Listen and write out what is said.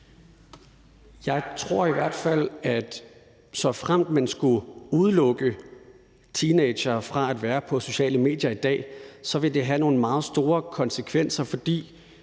Jeg tror i hvert fald, at såfremt man skulle udelukke teenagere fra at være på sociale medier i dag, ville det have nogle meget store konsekvenser, fordi